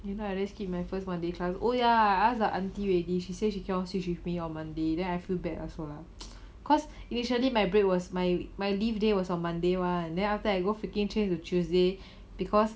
you know I just skip my first monday class oh ya I ask the auntie already she say she cannot switch with me or monday then I feel bad also lah cause initially my break was my my leave day was on monday [one] then after that I go freaking change to tuesday because